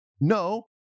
no